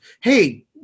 Hey